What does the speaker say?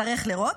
נצטרך לראות.